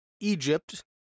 Egypt